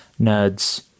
nerds